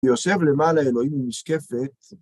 יושב למעלה אלוהים עם משקפת